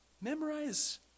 Memorize